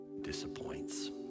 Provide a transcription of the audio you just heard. disappoints